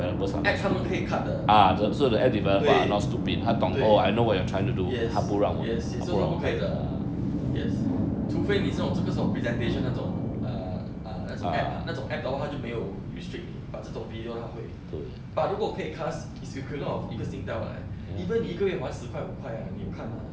app 他们可以看的对 yes yes yes so 不可以的 yes 除非你是那种这个是我 presentation 那种 uh uh 那种 app 那种 app 都就没有 restrict 你 but 这种 video 他会 but 如果可以 cast is equivalent of 一个 singtel 的 leh even 你一个月还十块五块 right 你有看吗